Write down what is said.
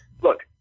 look